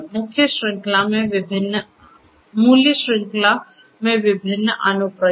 मूल्य श्रृंखला में विभिन्न अनुप्रयोग